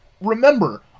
remember